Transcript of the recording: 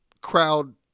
crowd